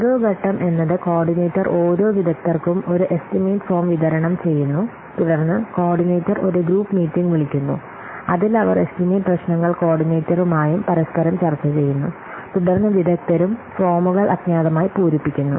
ഓരോ ഘട്ടം എന്നത് കോർഡിനേറ്റർ ഓരോ വിദഗ്ധർക്കും ഒരു എസ്റ്റിമേറ്റ് ഫോം വിതരണം ചെയ്യുന്നു തുടർന്ന് കോർഡിനേറ്റർ ഒരു ഗ്രൂപ്പ് മീറ്റിംഗ് വിളിക്കുന്നു അതിൽ അവർ എസ്റ്റിമേറ്റ് പ്രശ്നങ്ങൾ കോർഡിനേറ്ററുമായും പരസ്പരം ചർച്ച ചെയ്യുന്നു തുടർന്ന് വിദഗ്ധരും ഫോമുകൾ അജ്ഞാതമായി പൂരിപ്പിക്കുന്നു